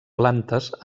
plantes